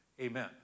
Amen